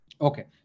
Okay